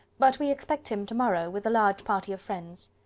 but we expect him to-morrow, with a large party of friends.